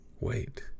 wait